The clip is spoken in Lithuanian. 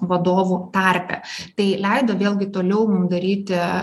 vadovų tarpe tai leido vėlgi toliau mum daryti